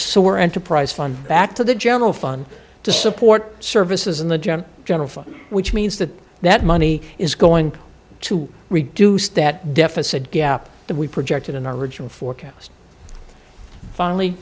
we're enterprise fund back to the general fund to support services in the general fund which means that that money is going to reduce that deficit gap that we projected in our original forecast finally